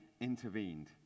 intervened